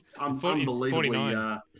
unbelievably